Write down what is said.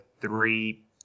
three